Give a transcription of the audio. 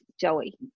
Joey